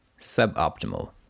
suboptimal